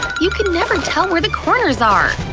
you can never tell where the corners are.